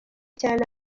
cyane